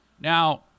Now